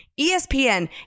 ESPN